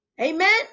amen